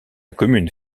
commune